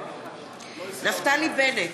בעד אלי בן-דהן, נגד נפתלי בנט,